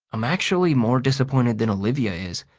i'm actually more disappointed than olivia is.